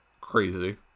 crazy